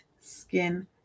skin